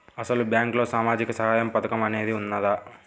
అసలు బ్యాంక్లో సామాజిక సహాయం పథకం అనేది వున్నదా?